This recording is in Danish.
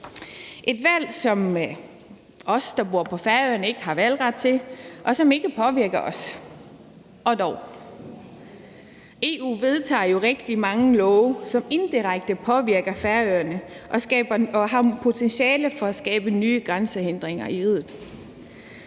et valg, som os, der bor på Færøerne, ikke har valgret til, og som ikke påvirker os. Og dog. EU vedtager jo rigtig mange love, som indirekte påvirker Færøerne og har potentiale til at skabe nye grænsehindringer i riget.